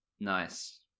Nice